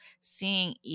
seeing